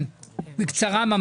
בבקשה, בקצרה.